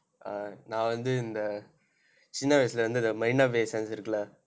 err நான் வந்து இந்த சின்ன வயதில் இருந்து இந்த:naan vanthu intha sinna vayathil irunthu intha marina bay sands இருக்கு:irukku leh